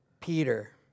Peter